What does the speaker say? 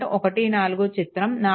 14 చిత్రం 4